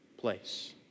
place